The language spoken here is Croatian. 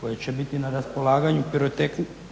koje će biti na raspolaganju